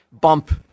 bump